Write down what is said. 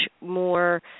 more